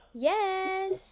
yes